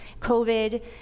COVID